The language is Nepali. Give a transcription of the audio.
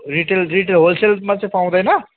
रिटेल रिटेल होल्सेलमा चाहिँ पाउँदैन